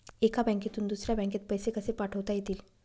एका बँकेतून दुसऱ्या बँकेत पैसे कसे पाठवता येतील?